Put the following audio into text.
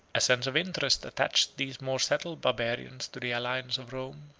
a sense of interest attached these more settled barbarians to the alliance of rome,